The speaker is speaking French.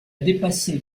dépassé